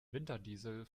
winterdiesel